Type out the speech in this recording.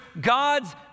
God's